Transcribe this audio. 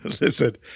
Listen